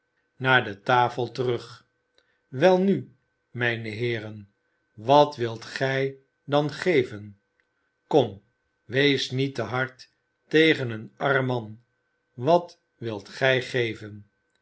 naar de tafel terug welnu mijne heeren wat vi t gij dan geven kom wees niet te hard tegen een arm man wat wilt gij geven